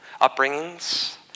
upbringings